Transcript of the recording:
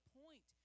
point